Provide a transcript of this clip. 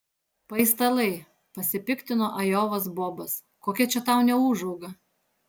paistalai pasipiktino ajovos bobas kokia čia tau neūžauga